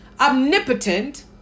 omnipotent